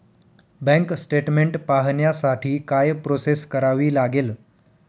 Bank statement पाहण्यासाठी काय process करावी लागेल?